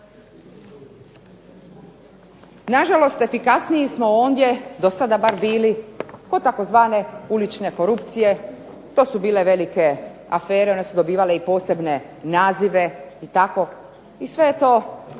Nažalost efikasniji smo ondje, dosada bar bili, kod tzv. ulične korupcije. To su bile velike afere, one su dobivale i posebne nazive i tako i sve je to